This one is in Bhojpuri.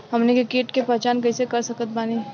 हमनी के कीट के पहचान कइसे कर सकत बानी?